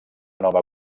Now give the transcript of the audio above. nova